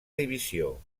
divisió